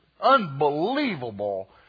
unbelievable